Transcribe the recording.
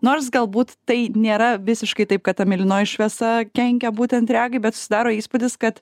nors galbūt tai nėra visiškai taip kad ta mėlynoji šviesa kenkia būtent regai bet susidaro įspūdis kad